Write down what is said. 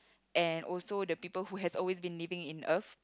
and also the people who has always been living in earth